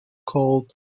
called